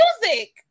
music